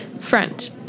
french